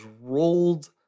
rolled